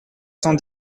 cent